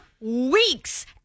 weeks